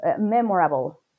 memorable